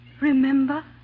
Remember